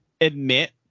admit